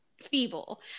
Feeble